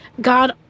God